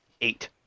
Eight